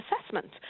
Assessment